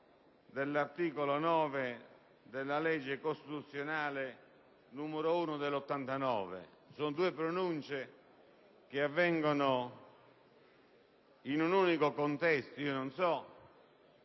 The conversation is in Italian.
dell'articolo 9 della legge costituzionale n. 1 del 1989. Sono due pronunce che avvengono in un unico contesto. Non so